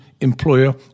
employer